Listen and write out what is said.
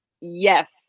yes